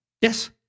Yes